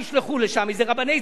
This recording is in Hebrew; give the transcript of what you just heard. ישלמו שם את האגרות,